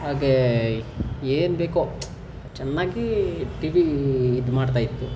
ಹಾಗೆ ಏನು ಬೇಕೋ ಚೆನ್ನಾಗಿ ಟಿ ವಿ ಇದು ಮಾಡ್ತಾ ಇತ್ತು